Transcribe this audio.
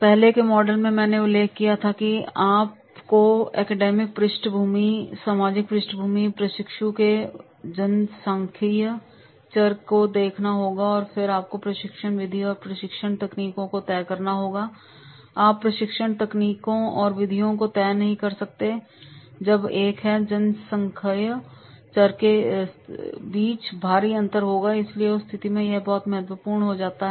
पहले के मॉडल में मैंने उल्लेख किया था कि आपको अकादमिक पृष्ठभूमि सामाजिक पृष्ठभूमि प्रशिक्षु के जनसांख्यिकीय चर को देखना होगा और फिर आपको प्रशिक्षण विधि और प्रशिक्षण तकनीकों को तय करना होगा आप प्रशिक्षण तकनीकों और विधियों को तय नहीं कर सकते हैं जब एक है जनसांख्यिकीय चर के बीच भारी अंतर होगा इसलिए उस स्थिति में यह बहुत महत्वपूर्ण हो जाता है